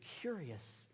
curious